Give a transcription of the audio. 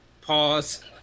Pause